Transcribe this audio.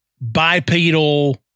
bipedal